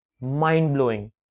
mind-blowing